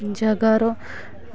ଜାଗାର